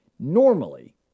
Normally